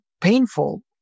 painful